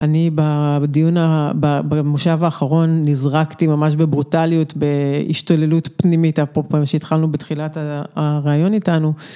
אני בדיון, במושב האחרון נזרקתי ממש בברוטליות, בהשתוללות פנימית, אפרופו שהתחלנו בתחילת הראיון איתנו.